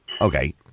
Okay